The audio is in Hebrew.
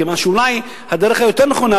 מכיוון שאולי הדרך היותר נכונה,